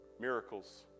miracles